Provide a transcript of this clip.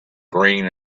green